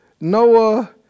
Noah